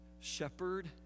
Shepherd